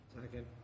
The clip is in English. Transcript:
Second